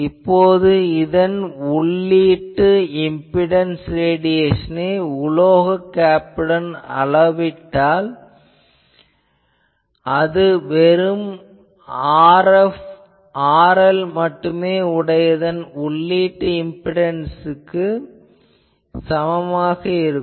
இப்போது இதன் உள்ளீட்டு இம்பிடன்ஸ் ரேடியேசனை உலோக கேப்புடன் அளவிட்டால் அது வெறும் RL மட்டுமே உடையதன் உள்ளீட்டு இம்பிடன்ஸ் க்கு சமமாக இருக்கும்